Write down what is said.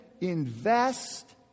invest